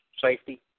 safety